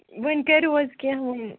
وۅنۍ کٔرِو حظ کیٚنٛہہ